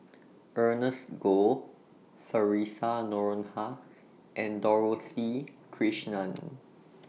Ernest Goh Theresa Noronha and Dorothy Krishnan